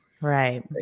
Right